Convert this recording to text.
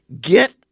get